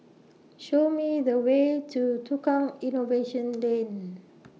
Show Me The Way to Tukang Innovation Lane